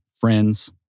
friends